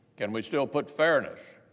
can we still put fairness,